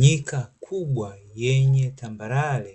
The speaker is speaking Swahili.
Nyuma kubwa yenye tambarare